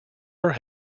are